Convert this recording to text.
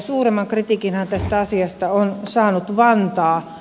suurimman kritiikinhän tästä asiasta on saanut vantaa